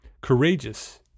courageous